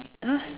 !huh!